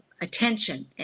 attention